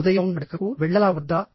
ఉదయం నడకకు వెళ్లాలా వద్దా